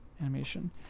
animation